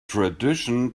tradition